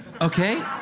Okay